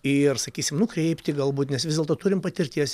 ir sakysim nukreipti galbūt nes vis dėlto turim patirties